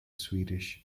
swedish